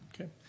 Okay